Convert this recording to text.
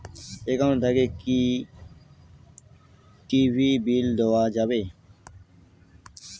Account থাকি কি TV bill দেওয়া যাবে?